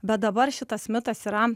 bet dabar šitas mitas yra